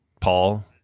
Paul